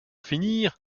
finir